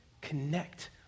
connect